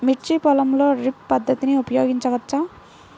మిర్చి పొలంలో డ్రిప్ పద్ధతిని ఉపయోగించవచ్చా?